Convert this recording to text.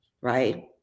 right